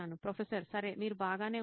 professor సరే మీరు బాగానే ఉన్నారు